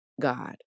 God